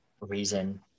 reason